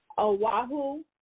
Oahu